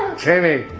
jamie.